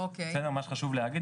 מה שחשוב להגיד,